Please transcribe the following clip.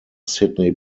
sidney